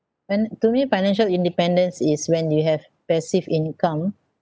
when to me financial independence is when you have passive income